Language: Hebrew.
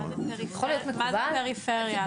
אבל מה זה פריפריה?